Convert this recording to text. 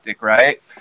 right